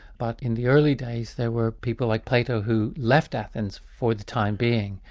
but in the early days there were people like plato who left athens for the time being,